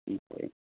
ओमफाय